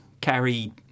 Carry